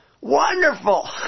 wonderful